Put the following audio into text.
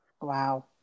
Wow